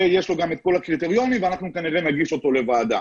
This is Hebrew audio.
יש לו את כל הקריטריונים ואנחנו כנראה נגיש אותו לוועדה.